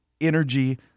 energy